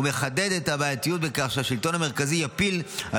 ומחדדת את הבעייתיות בכך שהשלטון המרכזי יפיל על